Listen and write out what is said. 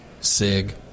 SIG